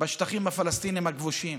בשטחים הפלסטיניים הכבושים